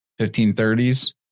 1530s